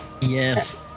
Yes